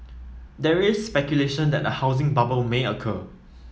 there is speculation that a housing bubble may occur